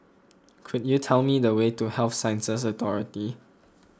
could you tell me the way to Health Sciences Authority